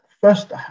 first